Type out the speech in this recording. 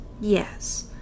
yes